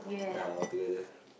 ya all together